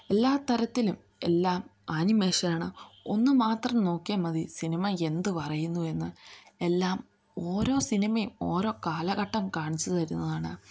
എല്ലാത്തരത്തിലും എല്ലാം ആനിമേഷനാണ് ഒന്നുമാത്രം നോക്കിയാൽ മതി സിനിമ എന്തുപറയുന്നു എന്ന് എല്ലാം ഓരോ സിനിമയും ഓരോ കാലഘട്ടം കാണിച്ച് തരുന്നതാണ്